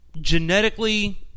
genetically